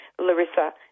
Larissa